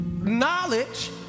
Knowledge